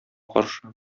каршы